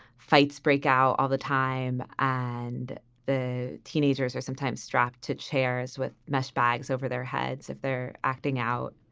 fights break out all the time. and the teenagers are sometimes strapped to chairs with mesh bags over their heads if they're acting out